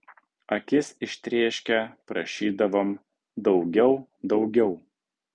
akis ištrėškę prašydavom daugiau daugiau